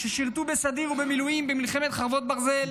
ששירתו בסדיר או במילואים במלחמת חרבות ברזל,